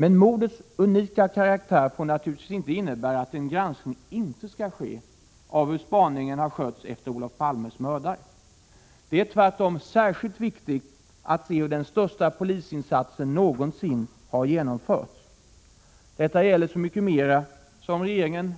Men mordets unika karaktär får naturligtvis inte innebära att en granskning inte skall ske av hur spaningen har skötts efter Olof Palmes mördare. Det är tvärtom särskilt viktigt att se hur den största polisinsatsen någonsin har genomförts. Detta gäller så mycket mera som regeringen